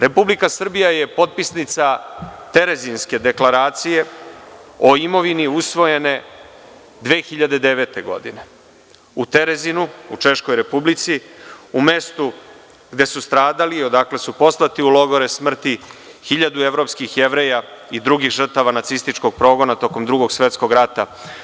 Republika Srbija je potpisnica Terezinske deklaracije o imovini usvojene 2009. godine, u Terezinu, u Češkoj Republici, u mestu gde su stradali i odakle su poslati u logore smrti 1000 evropskih Jevreja i drugih žrtava nacističkog progona tokom Drugog svetskog rata.